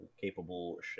capable